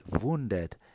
wounded